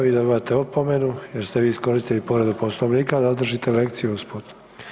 Vi dobivate opomenu, jer ste vi iskoristili povredu Poslovnika da održite lekciju gospodinu.